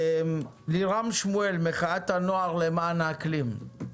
לירם שמואל, מחאת הנוער למען האקלים.